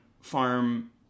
farm